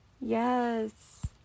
Yes